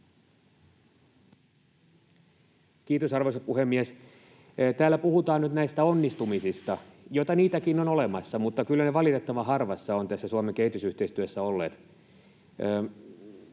Kiitos, arvoisa puhemies! Täällä puhutaan nyt näistä onnistumisista, joita niitäkin on olemassa, mutta kyllä ne valitettavan harvassa ovat Suomen kehitysyhteistyössä olleet.